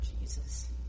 Jesus